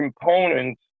components